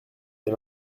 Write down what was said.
des